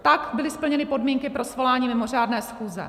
Tak byly splněny podmínky pro svolání mimořádné schůze.